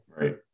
Right